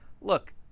Look